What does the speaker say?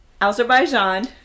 Azerbaijan